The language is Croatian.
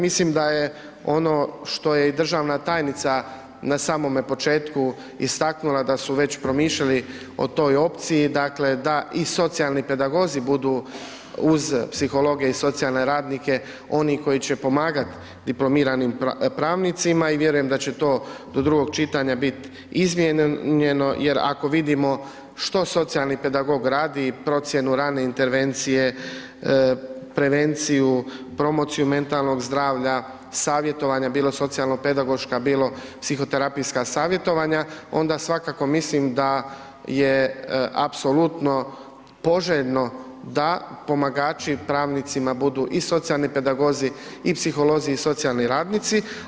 Mislim da je ono što je i državna tajnica na samome početku istaknula da su već promišljali o toj opciji da i socijalni pedagozi budu uz psihologe i socijalne radnike oni koji će pomagati diplomiranim pravnicima i vjerujem da će to do drugog čitanja biti izmijenjeno jer ako vidimo što socijalni pedagog radi i procjenu rane intervencije, prevenciju, promociju mentalnog zdravlja, savjetovanja bilo socijalno-pedagoška bilo psihoterapijska savjetovanja onda svakako mislim da je apsolutno poželjno da pomagači pravnicima budu i socijalni pedagozi i psiholozi i socijalni radnici.